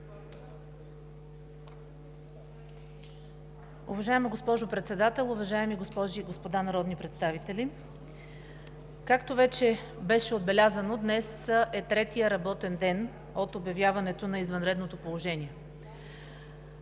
Уважаема госпожо Председател, уважаеми госпожи и господа народни представители! Както вече беше отбелязано, днес е третият работен ден от обявяването на извънредното положение.